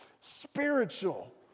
Spiritual